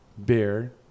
beer